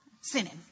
Sinning